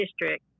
district